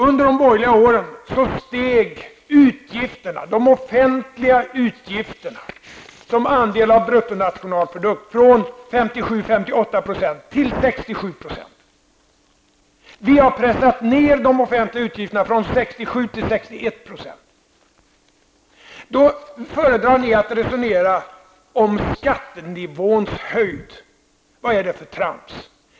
Under de borgerliga åren steg de offentliga utgifterna som andel av bruttonationalprodukten från 57 eller 58 % till 67 %. Vi har pressat ner de offentliga utgifterna från 67 till 61 %. Ni föredrar då att resonera om skattenivåns höjd. Vad är det för trams?